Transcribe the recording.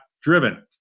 driven